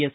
S